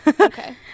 okay